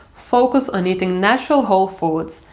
focus on eating natural whole foods,